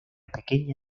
pequeña